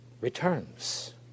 returns